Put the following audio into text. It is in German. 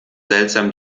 seltsam